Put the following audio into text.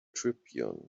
tribune